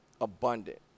abundant